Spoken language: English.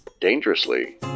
Dangerously